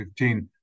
2015